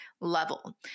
level